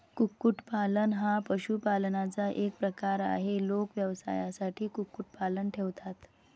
कुक्कुटपालन हा पशुपालनाचा एक प्रकार आहे, लोक व्यवसायासाठी कुक्कुटपालन ठेवतात